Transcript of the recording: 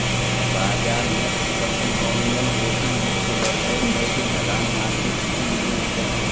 बाजार में उपलब्ध नॉमिनल जोखिम मुक्त दर है जबकि ढलान मार्केट प्रीमियम है